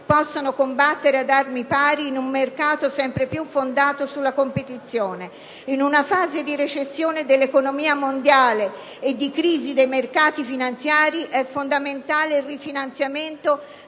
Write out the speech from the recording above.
possano combattere ad armi pari, in un mercato sempre più fondato sulla competizione. In una fase di recessione dell'economia mondiale e di crisi dei mercati finanziari è fondamentale il rifinanziamento